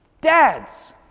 dads